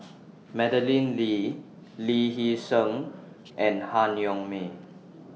Madeleine Lee Lee Hee Seng and Han Yong May